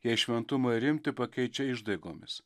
jei šventumą ir rimtį pakeičia išdaigomis